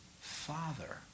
father